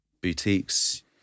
boutiques